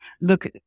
Look